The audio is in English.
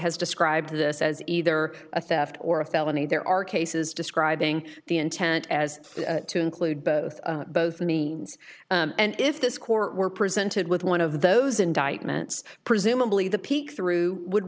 has described this as either a theft or a felony there are cases describing the intent as to include both both means and if this court were presented with one of those indictments presumably the peek through would